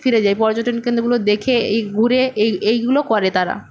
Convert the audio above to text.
ফিরে যায় পর্যটন কেন্দ্রগুলো দেখে এই ঘুরে এই এইগুলো করে তারা